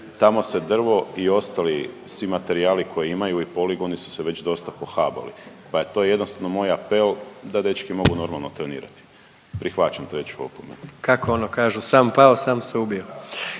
tamo se drvo i ostali svi materijali koji imaju i poligoni su se već dosta pohabali pa je to jednostavno moj apel da dečki mogu normalno trenirati. Prihvaćam treću opomenu. **Jandroković, Gordan (HDZ)**